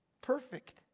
Perfect